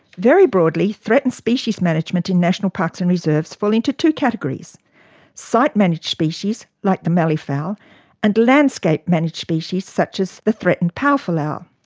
very broadly, threatened species management in national parks and reserves fall into two categories site-managed species like the mallee fowl and landscape managed species such as the threatened powerful owl.